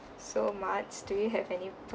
so matz do you have any